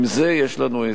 עם זה יש לנו עסק.